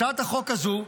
הצעת החוק הזו,